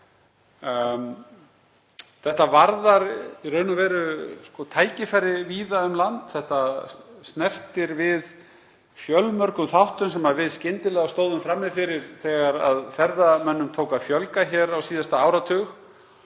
og varðar í raun og veru tækifæri víða um land. Þetta snertir við fjölmörgum þáttum sem við stóðum skyndilega frammi fyrir þegar ferðamönnum tók að fjölga hér á síðasta áratug